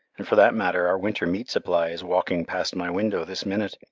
and for that matter our winter meat supply is walking past my window this minute.